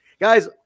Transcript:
Guys